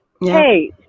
Hey